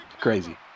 Crazy